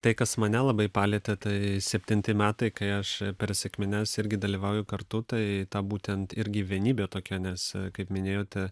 tai kas mane labai palietė tai septinti metai kai aš per sekmines irgi dalyvauju kartu tai ta būtent irgi vienybė tokia nes kaip minėjote